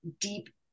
deep